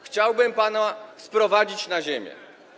Chciałbym pana sprowadzić na ziemię.